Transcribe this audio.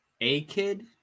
A-Kid